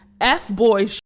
f-boy